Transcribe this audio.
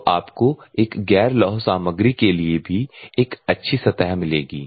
तो आपको एक गैर लौह सामग्री के लिए भी एक अच्छी सतह मिलेगी